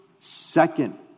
second